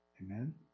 Amen